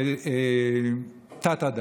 תת-אדם,